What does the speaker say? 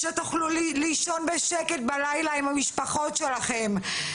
שתוכלו לישון בשקט בלילה עם המשפחות שלכם.